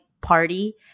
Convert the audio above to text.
party